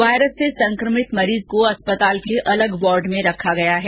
virus से संक्रमित मरीज को अस्पताल के अलग वॉर्ड में रखा गया है